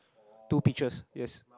two peaches